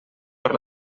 per